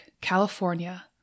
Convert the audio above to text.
California